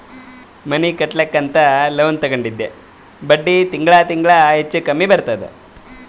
ಮನಿ ಕಟ್ಲಕ್ ಅಂತ್ ಲೋನ್ ತಗೊಂಡಿದ್ದ ಬಡ್ಡಿ ತಿಂಗಳಾ ತಿಂಗಳಾ ಹೆಚ್ಚು ಕಮ್ಮಿ ಬರ್ತುದ್